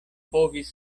povis